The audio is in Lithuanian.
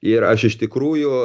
ir aš iš tikrųjų